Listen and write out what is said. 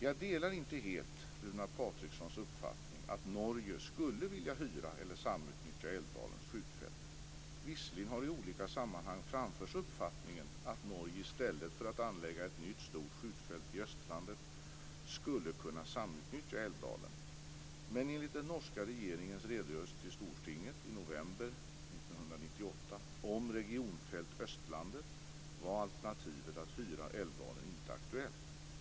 Jag delar inte helt Runar Patrikssons uppfattning att Norge skulle vilja hyra eller samutnyttja Älvdalens skjutfält. Visserligen har i olika sammanhang framförts uppfattningen att Norge i stället för att anlägga ett nytt stort skjutfält i Östlandet skulle kunna samutnyttja Älvdalen. Men enligt den norska regeringens redogörelse till Stortinget i november 1998 om regionfält Östlandet var alternativet att hyra Älvdalen inte aktuellt.